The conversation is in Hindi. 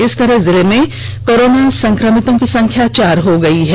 इस तरह जिले में कोरोना सं क्रमितों की संख्या चार हो गयी है